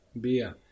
beer